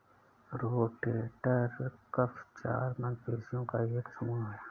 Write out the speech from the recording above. rotator cuff चार मांसपेशियों का एक समूह है